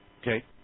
Okay